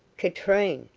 katrine!